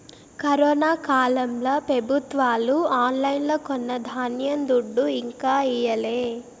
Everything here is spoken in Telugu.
కరోనా కాలంల పెబుత్వాలు ఆన్లైన్లో కొన్న ధాన్యం దుడ్డు ఇంకా ఈయలే